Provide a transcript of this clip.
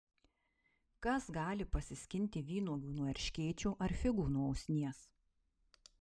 kas gali pasiskinti vynuogių nuo erškėčio ar figų nuo usnies